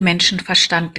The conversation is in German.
menschenverstand